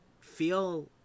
feel